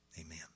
Amen